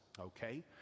Okay